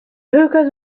hookahs